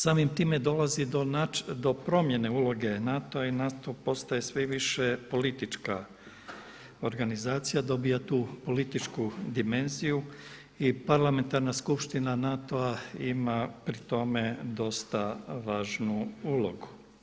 Samim time dolazi do promjene uloge NATO-a i NATO postaje sve više politička organizacija, dobiva tu političku dimenziju i Parlamentarna skupština NATO-a ima pri tome dosta važnu ulogu.